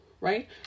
right